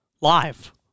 live